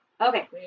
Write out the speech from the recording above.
okay